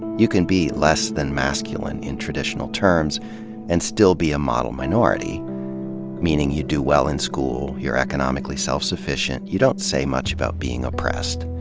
you can be less than masculine in traditional terms and still be a model minority meaning you do well in school, you're economically self sufficient, you don't say much about being oppressed.